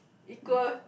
equal